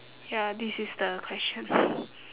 ya this is the question